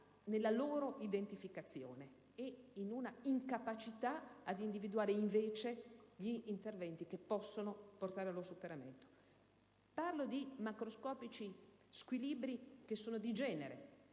della loro identificazione, e c'è una incapacità ad individuare, invece, gli interventi che possono portare al loro superamento. Parlo di macroscopici squilibri che sono di genere.